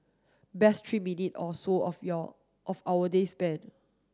best three minute or so of your of our day spent